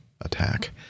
attack